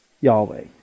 Yahweh